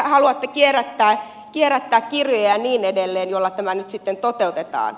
te haluatte kierrättää kirjoja ja niin edelleen millä tämä nyt sitten toteutetaan